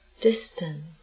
distant